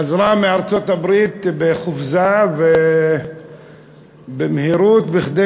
חזרה מארצות-הברית בחופזה ובמהירות כדי